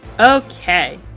Okay